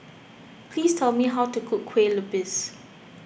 please tell me how to cook Kue Lupis